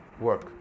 work